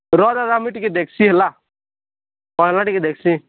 ରହ ରହ ରହ ରହ ମୁଁ ଟିକେ ଦେଖ୍ସି ହେଲା କ'ଣ ହେଲା ଦେଖ୍ସି